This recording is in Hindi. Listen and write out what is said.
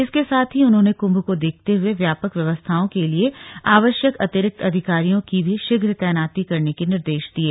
इसके साथ ही उन्होंने कुंभ को देखते हुए व्यपाक व्यवस्थाओं के लिये आवश्यक अतिरिक्त अधिकारियों की भी शीघ्र तैनाती करने के निर्देश दिये